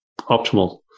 optimal